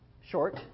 short